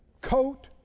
coat